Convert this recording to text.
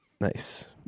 Nice